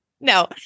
No